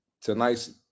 Tonight's